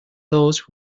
those